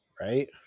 right